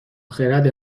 خرد